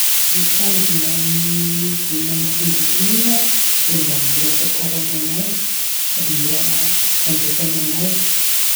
Ny tanjona amin'izy mandrokondrokogn'igny an dia mba mora ahafantarana anazy sady mora andraisana anazy.